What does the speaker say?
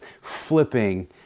flipping